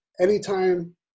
Anytime